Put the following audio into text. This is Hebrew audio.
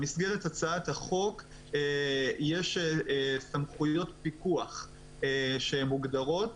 במסגרת הצעת החוק יש סמכויות פיקוח שהן מוגדרות.